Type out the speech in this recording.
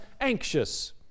anxious